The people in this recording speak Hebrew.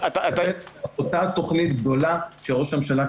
כחלק מאותה תוכנית גדולה שראש הממשלה,